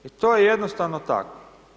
I to je jednostavno tako.